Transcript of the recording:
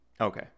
Okay